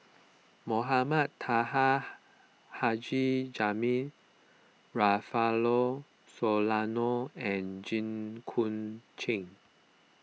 Mohamed Taha Haji Jamil Rufino Soliano and Jit Koon Ch'ng